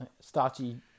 Starchy